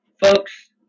Folks